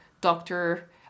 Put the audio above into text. doctor